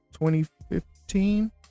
2015